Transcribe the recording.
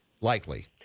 likely